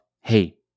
hey